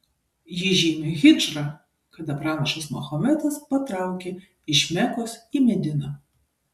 ji žymi hidžrą kada pranašas mahometas patraukė iš mekos į mediną